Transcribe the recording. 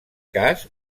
cas